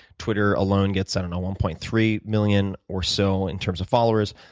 twitter alone gets and and one point three million or so in terms of followers,